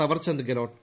Thawarchand Gehlot